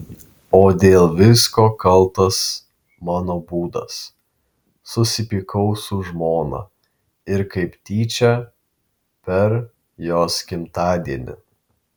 o dėl visko kaltas mano būdas susipykau su žmona ir kaip tyčia per jos gimtadienį